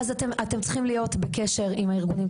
אז אתם צריכים להיות בקשר עם הארגונים.